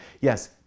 yes